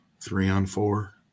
three-on-four